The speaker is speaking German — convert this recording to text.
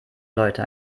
leute